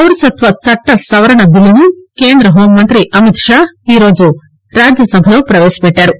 పౌరసత్వ చట్ట సవరణ బిల్లును కేంద్ర హెూంమంతి అమిత్షా ఈ రోజు రాజ్యసభలో ప్రపేశపెట్టారు